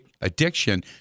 addiction